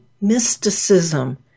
mysticism